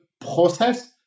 process